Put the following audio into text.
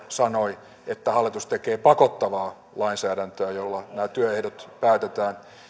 sanoi että hallitus tekee pakottavaa lainsäädäntöä jolla nämä työehdot päätetään